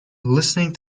listening